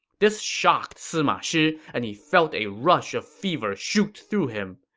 this shocked sima shi, and he felt a rush of fever shoot through him.